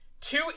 two